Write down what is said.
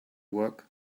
work